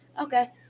Okay